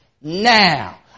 now